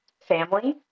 Family